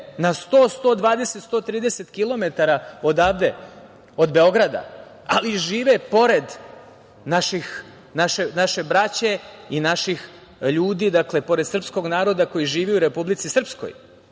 na 100, 120, 130km odavde od Beograda, ali žive pored naše braće i naših ljudi, dakle, pored srpskog naroda koji živi u Republici Srpskoj